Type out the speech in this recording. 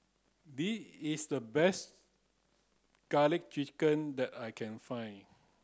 this is the best garlic chicken that I can find